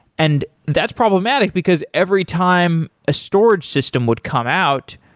and that's problematic because every time a storage system would come out,